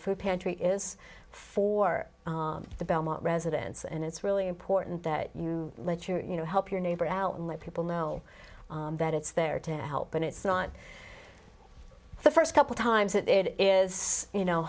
food pantry is for the belmont residents and it's really important that you let your you know help your neighbor out and let people know that it's there to help and it's not the first couple times it is you know